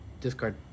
discard